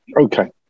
okay